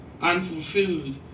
unfulfilled